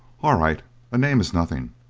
all right a name is nothing.